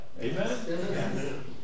Amen